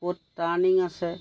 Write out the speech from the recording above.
ক'ত টাৰ্ণিং আছে